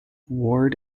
ward